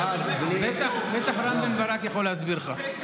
יואב, בלי, בטח רם בן ברק יכול להסביר לך.